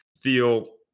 feel